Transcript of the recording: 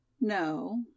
No